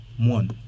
one